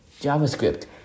JavaScript